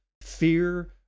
fear